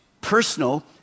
personal